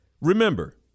Remember